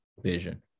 vision